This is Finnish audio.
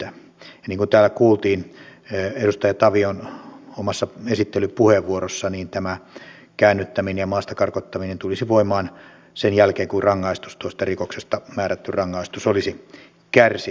ja niin kuin täällä kuultiin edustaja tavion omassa esittelypuheenvuorossa tämä käännyttäminen ja maasta karkottaminen tulisi voimaan sen jälkeen kun tuosta rikoksesta määrätty rangaistus olisi kärsitty